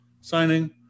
signing